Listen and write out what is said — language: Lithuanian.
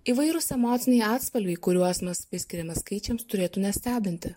įvairūs emociniai atspalviai kuriuos mes priskiriame skaičiams turėtų nestebinti